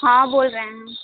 हाँ बोल रहे हैं हम